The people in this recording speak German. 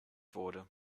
wurde